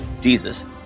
Jesus